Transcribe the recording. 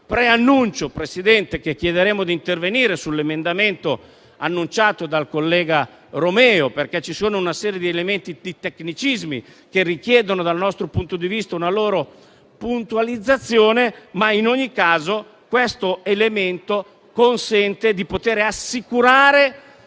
Presidente, che chiederemo di intervenire sull'emendamento annunciato dal collega Romeo, in quanto vi sono una serie di elementi e di tecnicismi che richiedono, dal nostro punto di vista, una puntualizzazione. In ogni caso, questo elemento consente di assicurare,